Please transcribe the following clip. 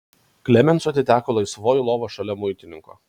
klemensui atiteko laisvoji lova šalia muitininko